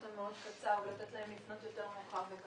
המאוד קצר ולתת להן לפנות יותר מאוחר.